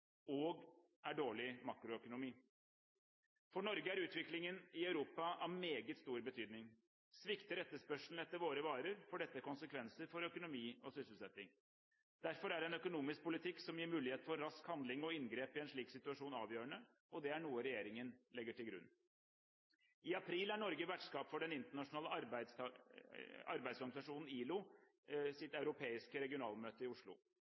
og til dårlig makroøkonomi. For Norge er utviklingen i Europa av meget stor betydning. Svikter etterspørselen etter våre varer, får dette konsekvenser for økonomi og sysselsetting. Derfor er en økonomisk politikk som gir mulighet for rask handling og inngripen i en slik situasjon, avgjørende, og det er noe regjeringen legger til grunn. I april er Norge vertskap for Den internasjonale arbeidsorganisasjonen ILOs europeiske regionalmøte i Oslo.